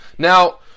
Now